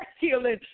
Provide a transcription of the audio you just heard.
healing